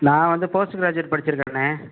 நான் வந்து post graduate படித்திருக்கிறேண்ணே